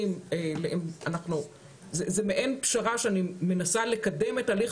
זאת מעין פשרה שאני מנסה לקדם את הליך